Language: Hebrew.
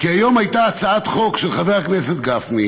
כי היום עלתה הצעת חוק של חבר הכנסת גפני,